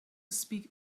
speak